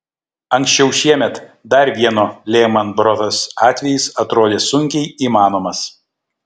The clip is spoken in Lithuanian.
anksčiau šiemet dar vieno lehman brothers atvejis atrodė sunkiai įmanomas